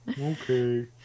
Okay